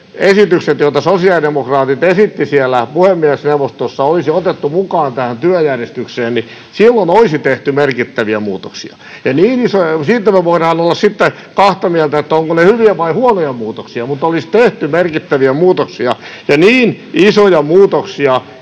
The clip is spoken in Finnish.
esitykset, joita sosiaalidemokraatit esittivät siellä puhemiesneuvostossa, olisi otettu mukaan tähän työjärjestykseen, niin silloin olisi tehty merkittäviä muutoksia. Ja siitä me voimme olla sitten kahta mieltä, ovatko ne hyviä vai huonoja muutoksia, mutta olisi tehty merkittäviä muutoksia, ja niin isoja muutoksia